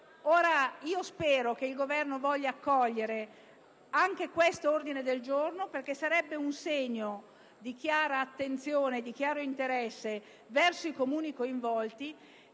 Brianza. Spero che il Governo voglia accogliere anche quest'ordine del giorno, perché sarebbe un segno di chiara attenzione e di interesse verso i Comuni interessati,